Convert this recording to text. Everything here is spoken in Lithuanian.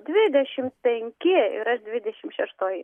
dvidešimt penki ir aš dvidešimt šeštoji